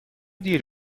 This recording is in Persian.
دیر